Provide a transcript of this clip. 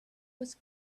was